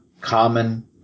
common